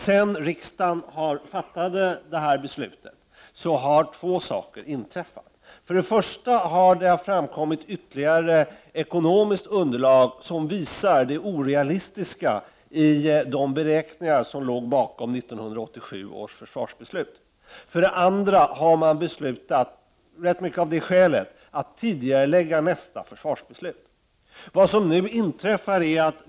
Sedan riksdagen fattade det här beslutet har två saker inträffat. För det första har det framkommit ytterligare ekonomiskt underlag som visar det orealistiska i de beräk 57 ningar som låg bakom 1987 års försvarsbeslut. För det andra har man beslutat — i stor utsträckning av det skälet — att tidigarelägga nästa försvarsbeslut.